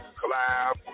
collab